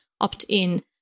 opt-in